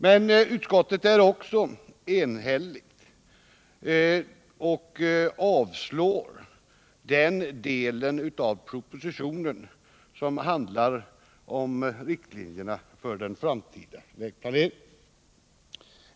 Men utskottet är också enhälligt när det avstyrker den del av propositionen som handlar om riktlinjerna för den framtida vägplaneringen.